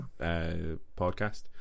podcast